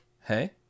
Hey